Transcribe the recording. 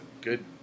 good